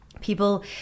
people